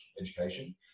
education